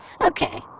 Okay